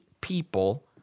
people